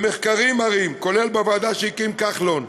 מחקרים מראים, כולל בוועדה שהקים כחלון,